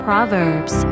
Proverbs